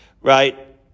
right